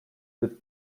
that